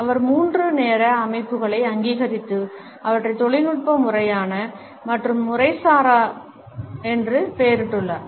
அவர் மூன்று நேர அமைப்புகளை அங்கீகரித்து அவற்றை தொழில்நுட்ப முறையான மற்றும் முறைசாரா என்று பெயரிட்டுள்ளார்